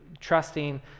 trusting